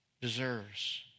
deserves